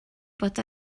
bod